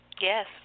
Yes